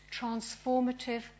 transformative